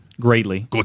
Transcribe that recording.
greatly